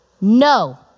no